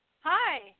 Hi